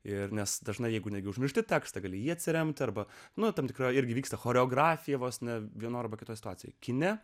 ir nes dažnai jeigu netgi užmušti tekstą gali jį atsiremti arba nuo tam tikro irgi vyksta choreografija vos ne vienu arba kitoje situacijoje kine